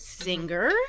singer